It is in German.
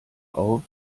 auf